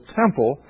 temple